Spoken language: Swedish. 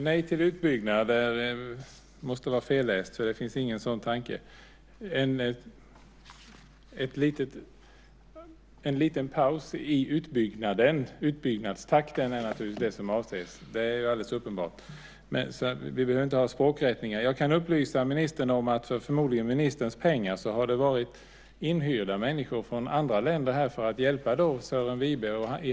Fru talman! Beträffande nej till utbyggnad måste Leif Pagrotsky ha läst fel. Det finns ingen sådan tanke. En liten paus i fråga om utbyggnadstakten är naturligtvis det som avses. Det är alldeles uppenbart. Men vi behöver inte göra språkliga rättningar. Jag kan upplysa ministern om att det, förmodligen med ministerns pengar, har varit inhyrda människor från andra länder här för att hjälpa Sören Wibe.